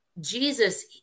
Jesus